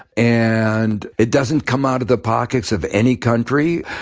and it doesn't come out of the pockets of any country,